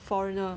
foreigner